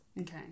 Okay